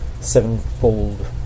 Sevenfold